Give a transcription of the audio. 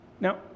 Now